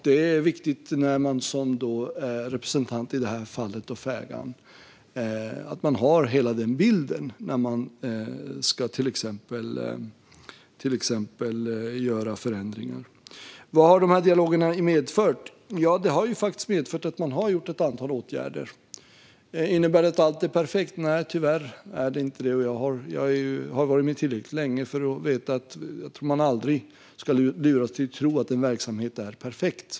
Det är viktigt att man som representant i det här fallet för ägaren har hela bilden när man till exempel ska göra någon förändring. Vad har de här dialogerna då medfört? De har medfört att man har vidtagit ett antal åtgärder. Innebär det att allt är perfekt? Nej, tyvärr är det inte det. Jag har varit med tillräckligt länge för att veta att man aldrig ska låta sig luras att tro att en verksamhet är perfekt.